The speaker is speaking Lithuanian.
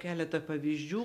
keletą pavyzdžių